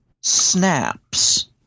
snaps